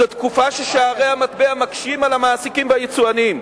זאת תקופה ששערי המטבע מקשים על המעסיקים והיצואנים.